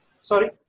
Sorry